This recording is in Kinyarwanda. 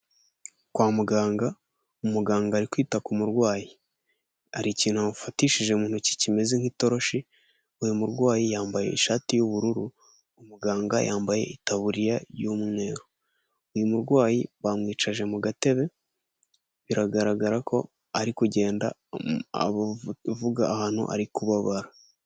Kwa muganga, umuganga ari kwita ku murwayi, har’ikintu amufatishije mu ntoki kimeze nk'itoroshi, uyu murwayi yambaye ishati y'ubururu, umuganga yambaye itaburiya y'umweru. Uyu murwayi bamwicaje mu gatebe biragaragara ko ari kugenda avuga ahantu ari kubabara.